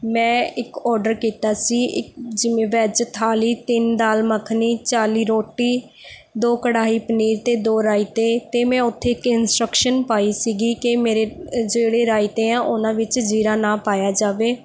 ਮੈਂ ਇੱਕ ਔਰਡਰ ਕੀਤਾ ਸੀ ਇਕ ਜਿਵੇ ਵੈੱਜ਼ ਥਾਲੀ ਤਿੰਨ ਦਾਲ ਮੱਖਣੀ ਚਾਲੀ ਰੋਟੀ ਦੋ ਕੜਾਹੀ ਪਨੀਰ ਅਤੇ ਦੋ ਰਾਈਤੇ ਅਤੇ ਮੈਂ ਉੱਥੇ ਇੰਸਟਰਕਸ਼ਨ ਪਾਈ ਸੀ ਕਿ ਮੇਰੇ ਜਿਹੜੇ ਰਾਇਤੇ ਆ ਉਹਨਾਂ ਵਿੱਚ ਜ਼ੀਰਾ ਨਾ ਪਾਇਆ ਜਾਵੇ